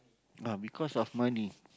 ah because of money